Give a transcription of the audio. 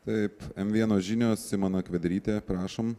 taip m vieno žinios simona kvederytė prašom